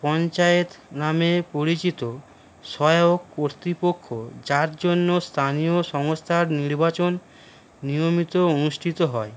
পঞ্চায়েত নামে পরিচিত সহায়ক কর্তৃপক্ষ যার জন্য স্থানীয় সংস্থার নির্বাচন নিয়মিত অনুষ্ঠিত হয়